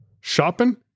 Shopping